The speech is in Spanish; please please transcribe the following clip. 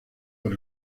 por